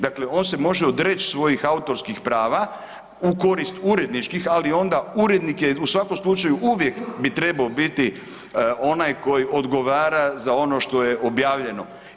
Dakle, on se može odreći svojih autorskih prava u korist uredničkih ali onda urednik je u svakom slučaju uvijek bi trebao biti onaj koji odgovara za ono što je objavljeno.